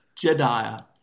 Jediah